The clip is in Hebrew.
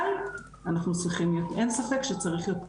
אבל אין ספק שצריך יותר,